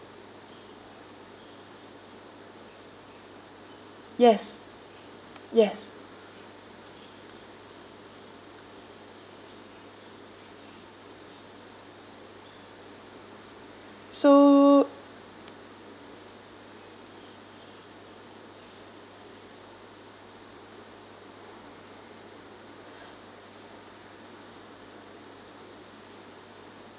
yes yes so